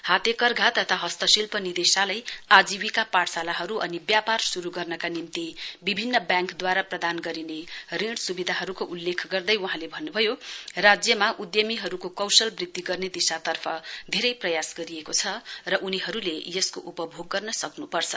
हातेकर्धा तथा हस्तशिल्प निदेशालय आजीविका पाठशालाहरु अनि व्यापार शुरु गर्नका निम्ति विभिन्न व्येङ्कद्वारा प्रदान गरिने ऋण सुविधाहरुको उल्लेख गर्दै वहाँले भन्नुभयो राज्यमा उद्दमीहरुको कौशल वृध्दि गर्ने दिशातर्फ धेरै प्रयास गरिएको छ र उनीहरुले यसको उपभोग गर्न सक्नुपर्छ